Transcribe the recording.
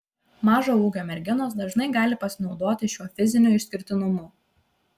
mažo ūgio merginos dažnai gali pasinaudoti šiuo fiziniu išskirtinumu